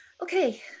Okay